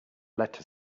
letter